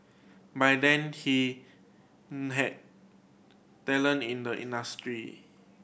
by then he knew had talent in the industry